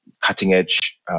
cutting-edge